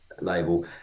label